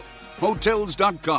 Hotels.com